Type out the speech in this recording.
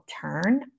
turn